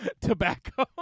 tobacco